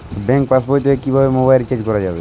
Bank পাশবই থেকে কিভাবে মোবাইল রিচার্জ করা যাবে?